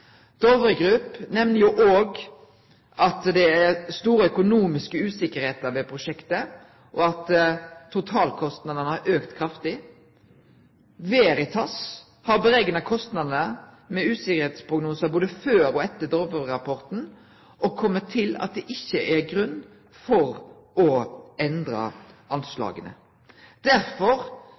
Dovre Group nemner at det er stor økonomisk usikkerheit ved prosjektet, og at totalkostnadene har auka kraftig. Veritas har berekna kostnadene med usikkerheitsprognosar både før og etter Dovre-rapporten og har kome til at det ikkje er grunn til å endre anslaga.